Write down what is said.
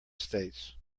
states